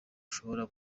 ushobora